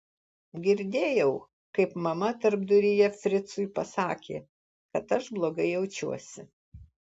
girdėjau kaip mama tarpduryje fricui pasakė kad aš blogai jaučiuosi